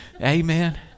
Amen